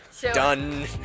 Done